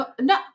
no